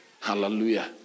Hallelujah